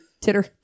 titter